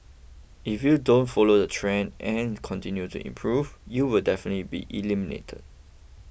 if you don't follow the trends and continue to improve you'll definitely be eliminated